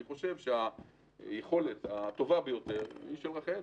אני חושב שהיכולת הטובה ביותר היא של רח"ל.